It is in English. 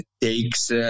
takes